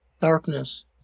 darkness